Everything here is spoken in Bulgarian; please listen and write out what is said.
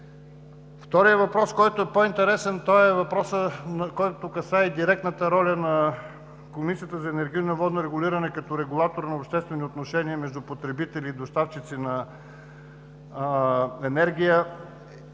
Вторият въпрос, който е по-интересен, е въпросът, който касае директната роля на Комисията за енергийно и водно регулиране като регулатор на обществени отношения между потребители и доставчици на енергия,